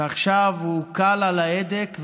ועכשיו הוא קל על ההדק,